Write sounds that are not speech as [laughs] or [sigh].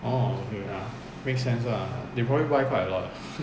orh okay okay makes sense lah they probably buy quite a lot [laughs]